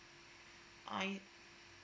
I